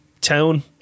town